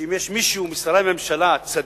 שאם יש מישהו משרי הממשלה, צדיק,